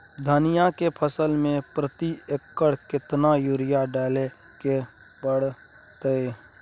धनिया के फसल मे प्रति एकर केतना यूरिया डालय के परतय?